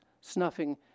snuffing